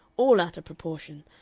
all out of proportion,